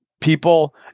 people